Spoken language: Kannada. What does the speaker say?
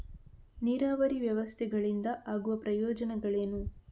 ನೀರಾವರಿ ವ್ಯವಸ್ಥೆಗಳಿಂದ ಆಗುವ ಪ್ರಯೋಜನಗಳೇನು?